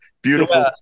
Beautiful